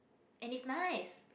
and it's nice